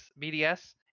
BDS